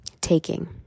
taking